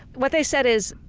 what they said is,